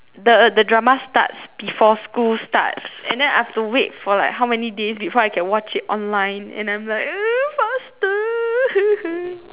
the the drama starts before school starts and then I have to wait for like how many days before I can watch it online and I'm like faster